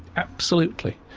absolutely.